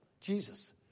Jesus